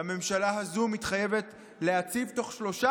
והממשלה הזו מתחייבת להציב בתוך שלושה